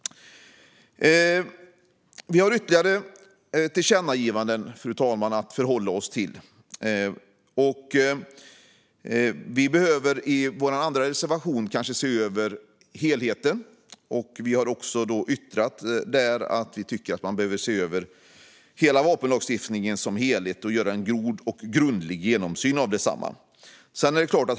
Fru talman! Vi har ytterligare tillkännagivanden att förhålla oss till. Man behöver, som vi uttrycker i vår andra reservation, kanske se över helheten. Vi har också yttrat där att vi tycker att man behöver se över vapenlagstiftningen som helhet och göra en god och grundlig översyn av densamma.